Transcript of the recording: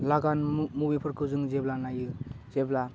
लागान मु मुभिफोरखौ जों जेब्ला नायो जेब्ला